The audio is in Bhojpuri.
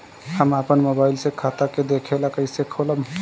हम आपन मोबाइल से खाता के देखेला कइसे खोलम?